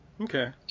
Okay